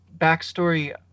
backstory